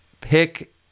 pick